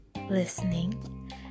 listening